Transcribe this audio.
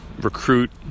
recruit